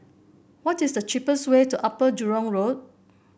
what is the cheapest way to Upper Jurong Road